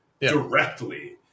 directly